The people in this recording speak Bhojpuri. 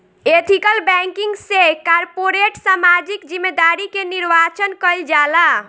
एथिकल बैंकिंग से कारपोरेट सामाजिक जिम्मेदारी के निर्वाचन कईल जाला